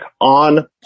on